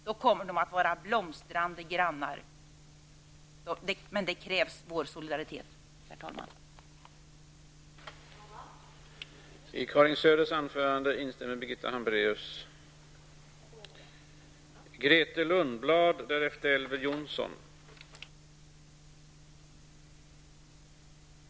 Då kommer de att vara blomstrande grannar. Men, herr talman, till detta krävs vår solidaritet. arbete. Vi har faktiskt ofta i Nordiska rådet varit ledstjärnor i miljöfrågor för samarbete i större europeiska sammanhang. Vi kan däremot hysa oro för att en viss snålhet med medel till det nordiska samarbetet på sikt skall göra att det blir besvärligare att hävda dessa